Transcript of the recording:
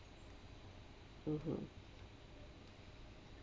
mmhmm